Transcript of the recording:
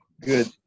Good